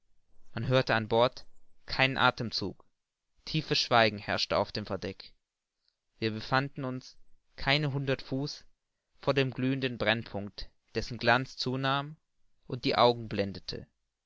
man hörte an bord keinen athemzug tiefes schweigen herrschte auf dem verdeck wir befanden uns keine hundert fuß von dem glühenden brennpunkt dessen glanz zunahm und die augen blendete